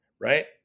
right